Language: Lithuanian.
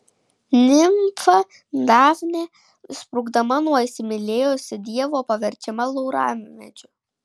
nimfa dafnė sprukdama nuo įsimylėjusio dievo paverčiama lauramedžiu